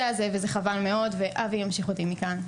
הזה וזה חבל מאוד ואבי ימשיך אותי מכאן.